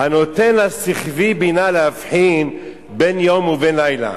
"הנותן לשכווי בינה להבחין בין יום ובין לילה".